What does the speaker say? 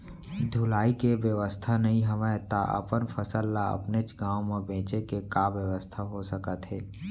ढुलाई के बेवस्था नई हवय ता अपन फसल ला अपनेच गांव मा बेचे के का बेवस्था हो सकत हे?